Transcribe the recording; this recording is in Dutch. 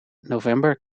november